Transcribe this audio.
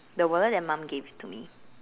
the wallet that mom gave to me